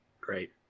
Great